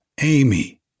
Amy